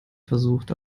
versucht